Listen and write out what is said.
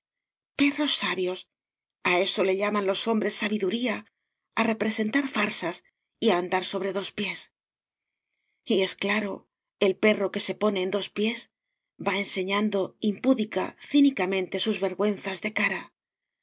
perros sabios a eso le llaman los hombres sabiduría a representar farsas y a andar sobre dos pies y es claro el perro que se pone en dos pies va enseñando impúdica cínicamente sus vergüenzas de cara